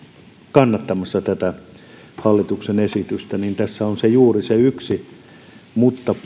kannattamassa tätä hallituksen esitystä niin tässä on juuri se yksi mutta